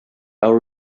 our